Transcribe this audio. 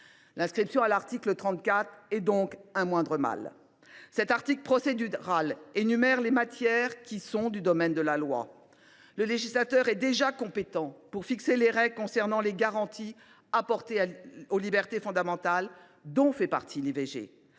L’inscription à l’article 34 est donc un moindre mal. Cet article procédural énumère les matières qui sont du domaine de la loi. Le législateur étant déjà compétent pour fixer les règles concernant les garanties apportées aux libertés fondamentales, dont fait partie l’IVG,